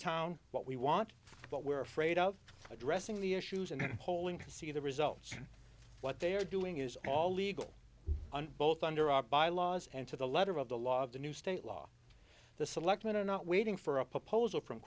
town what we want but we're afraid of addressing the issues and polling to see the results what they are doing is all legal and both under our bylaws and to the letter of the law of the new state law the selectmen are not waiting for a proposal from